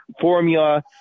formula